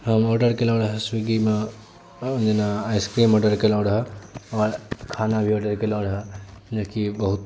हम ऑडर केलहुँ रहै स्विगीमे जेना आइसक्रीम ऑडर केलहुँ रहै आओर खाना भी ऑडर केलहुँ रहै जेकि बहुत